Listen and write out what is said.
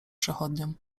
przechodniom